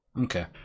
Okay